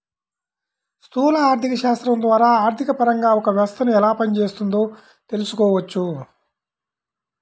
స్థూల ఆర్థికశాస్త్రం ద్వారా ఆర్థికపరంగా ఒక వ్యవస్థను ఎలా పనిచేస్తోందో తెలుసుకోవచ్చు